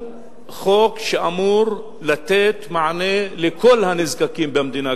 אמור לתת מענה לכל הנזקקים במדינה,